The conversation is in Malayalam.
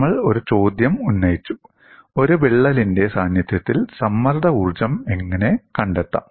നമ്മൾ ഒരു ചോദ്യം ഉന്നയിച്ചു ഒരു വിള്ളലിന്റെ സാന്നിധ്യത്തിൽ സമ്മർദ്ദ ഊർജ്ജം എങ്ങനെ കണ്ടെത്താം